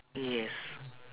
yes